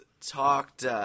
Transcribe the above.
talked